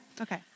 Okay